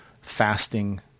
fasting